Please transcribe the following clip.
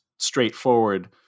straightforward